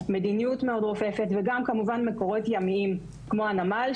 מדיניות מאוד רופפת וגם כמובן מקורות ימיים כמו הנמל,